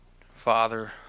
Father